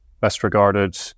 best-regarded